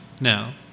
now